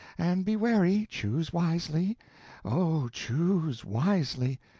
and be wary, choose wisely oh, choose wisely!